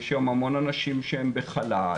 יש היום המון אנשים שהם בחל"ת,